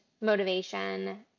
motivation